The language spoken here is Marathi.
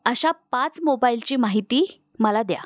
अशा पाच मोबाईलची माहिती मला द्या